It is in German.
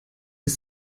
ist